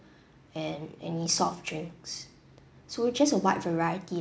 and any soft drinks so just a wide variety